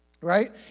right